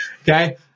Okay